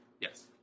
Yes